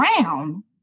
brown